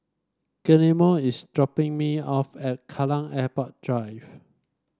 Guillermo is dropping me off at Kallang Airport Drive